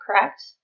correct